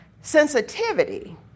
sensitivity